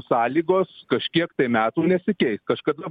sąlygos kažkiek tai metų nesikeis kažkada